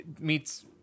meets